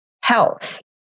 health